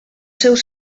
seus